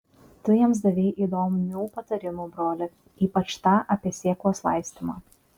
tu jiems davei įdomių patarimų broli ypač tą apie sėklos laistymą